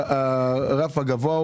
הרף הגבוה הוא,